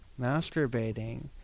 masturbating